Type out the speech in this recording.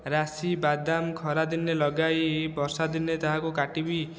ରାଶି ବାଦାମ ଖରାଦିନେ ଲଗାଇ ବର୍ଷା ଦିନେ ତାହାକୁ କାଟିବି